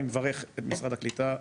אני מברך את משרד הקליטה,